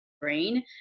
brain